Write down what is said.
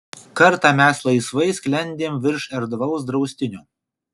kartą mes laisvai sklendėm virš erdvaus draustinio